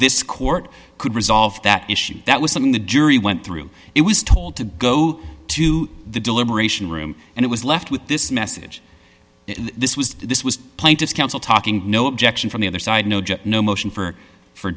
this court could resolve that issue that was something the jury went through it was told to go to the deliberation room and it was left with this message this was this was plaintiff's counsel talking no objection from the other side no just no motion for for